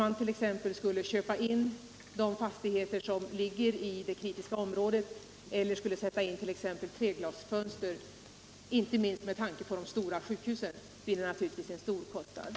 Att t.ex. köpa in de fastigheter som ligger inom det kritiska området eller att sätta in treglasfönster i fastigheterna där blir naturligtvis, inte minst med tanke på de stora sjukhusen, mycket kostnadskrävande.